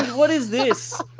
what is this?